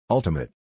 Ultimate